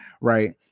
right